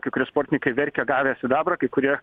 dalina kai kurie sportininkai verkia gavę sidabrą kai kurie